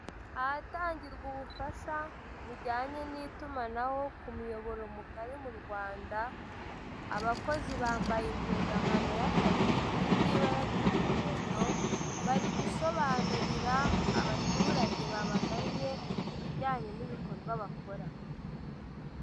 Ahatangirwa ubufsha bujyanye n'itumanaho ku muyoboro mugari mu Rwanda, abakozi bambaye impuzankano y'akazi iri mu ibara ry'umuhondo, bari gusobanurira abaturage babagannye ku bijyane n'ibikorwa bakora.